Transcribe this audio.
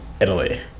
Italy